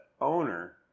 owner